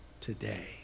today